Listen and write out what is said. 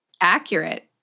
accurate